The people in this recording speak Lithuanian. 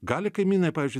gali kaimynai pavyzdžiui